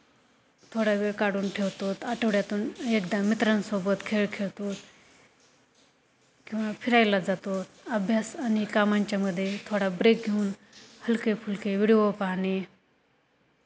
थोडा वेळ काढून ठेवतो आठवड्यातून एकदा मित्रांसोबत खेळ खेळतो किंवा फिरायला जातो अभ्यास आणि कामांच्यामध्ये थोडा ब्रेक घेऊन हलके फुलके विडिओ पाहणे